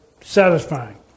satisfying